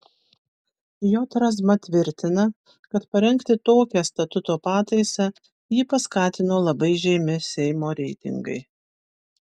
j razma tvirtina kad parengti tokią statuto pataisą jį paskatino labai žemi seimo reitingai